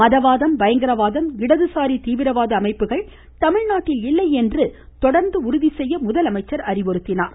மதவாதம் பயங்கரவாதம் இடதுசாரி தீவிரவாத அமைப்புகள் தமிழ்நாட்டில் இல்லை என்று தொடர்ந்து உறுதி செய்ய முதலமைச்சர் அறிவுறுத்தினார்